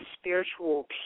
spiritual